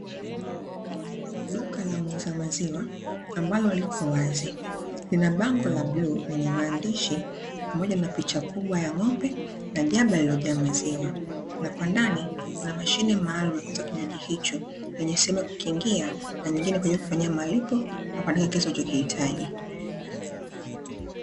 Duka la muuza maziwa ambalo liko wazi. Lina bango la bluu lenye maandishi, pamoja na picha kubwa ya ng'ombe, na jaba iliyojaa maziwa, na kwa ndani kuna mashine maalumu ya kuuza kinywaji hicho yenye sehemu ya kukingia, na nyingine kwa ajili ya kufanyia malipo na kuandika kiasi unachokihitaji.